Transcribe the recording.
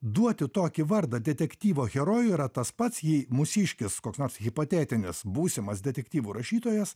duoti tokį vardą detektyvo herojui yra tas pats jei mūsiškis koks nors hipotetinis būsimas detektyvų rašytojas